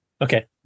okay